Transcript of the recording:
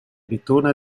ritorna